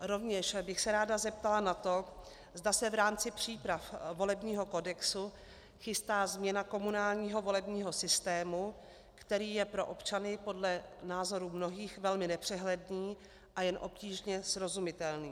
Rovněž bych se ráda zeptala na to, zda se v rámci příprav volebního kodexu chystá změna komunálního volebního systému, který je pro občany podle názoru mnohých velmi nepřehledný a jen obtížně srozumitelný.